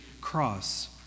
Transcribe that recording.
cross